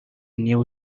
new